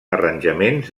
arranjaments